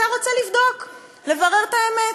אתה רוצה לבדוק, לברר את האמת.